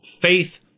faith